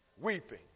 weeping